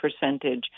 percentage